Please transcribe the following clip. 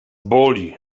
boli